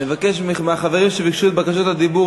אני מבקש מהחברים שביקשו את בקשות הדיבור